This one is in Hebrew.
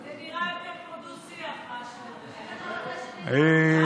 זה נראה יותר כמו דו-שיח מאשר, רם,